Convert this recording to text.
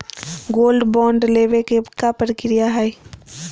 Gold bond लेवे के का प्रक्रिया हई?